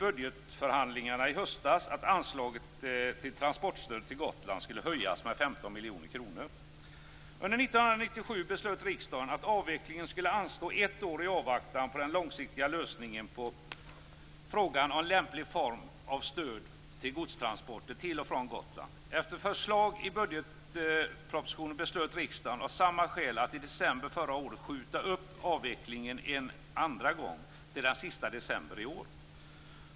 Under 1997 beslöt riksdagen att avvecklingen skulle anstå ett år i avvaktan på den långsiktiga lösningen på frågan om en lämplig form av stöd till godstransporter till och från Gotland. Efter förslag i budgetpropositionen beslöt riksdagen av samma skäl att i december förra året skjuta upp avvecklingen en andra gång till den sista december i år.